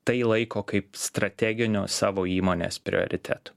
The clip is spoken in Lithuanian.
tai laiko kaip strateginiu savo įmonės prioritetu